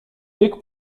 wiek